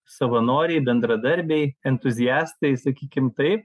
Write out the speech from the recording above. savanoriai bendradarbiai entuziastai sakykim taip